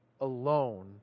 alone